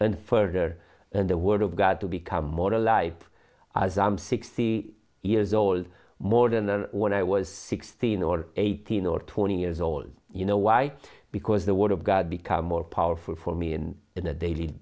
and further the word of god to become more alive as i am sixty years old more than and when i was sixteen or eighteen or twenty years old you know why because the word of god become more powerful for me and in a daily